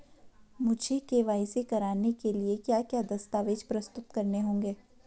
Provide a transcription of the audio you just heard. मुझे के.वाई.सी कराने के लिए क्या क्या दस्तावेज़ प्रस्तुत करने होंगे?